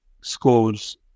scores